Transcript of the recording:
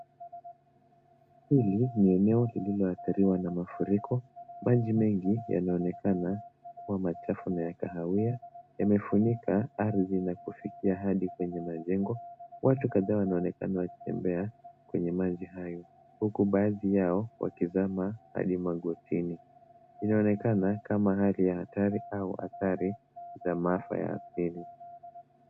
Hili ni eneo iliyoathiriwa na mafuriko maji mengi yanaonekana kuwa machafu na ya kahawia, yamefunika ardhi na kufikia hadi kwenye majengo, watu kadha wanaonekana wakitembea kwenye maji hayo huku baadhi yao wakizama hadi magotini inaonekana kama hali ya hatari au hadhari za maafa ya asili.